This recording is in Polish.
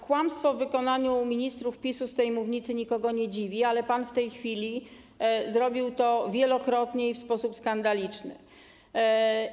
Kłamstwo w wykonaniu ministrów PiS-u z tej mównicy nikogo nie dziwi, ale pan w tej chwili zrobił to wielokrotnie i w sposób skandaliczny.